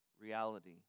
reality